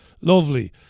Lovely